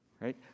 right